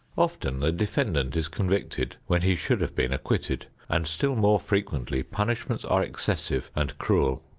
often the defendant is convicted when he should have been acquitted, and still more frequently punishments are excessive and cruel.